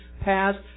past